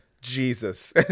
Jesus